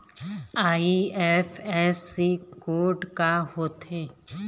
IFSC code का होथे?